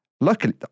Luckily